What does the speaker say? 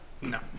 No